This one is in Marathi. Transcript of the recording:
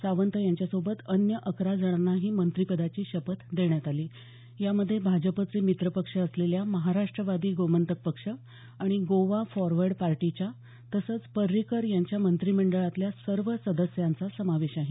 सावंत यांच्यासोबत अन्य अकरा जणांनाही मंत्रीपदाची शपथ देण्यात आली यामध्ये भाजपचे मित्र पक्ष असलेल्या महाराष्ट्रवादी गोमंतक पक्ष आणि गोवा फॉरवर्ड पार्टीच्या तसंच पर्रीकर यांच्या मंत्रीमंडळातल्या सर्व सदस्यांचा समावेश आहे